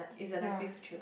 ya